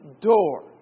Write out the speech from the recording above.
door